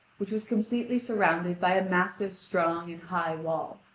which was completely surrounded by a massive, strong, and high wall.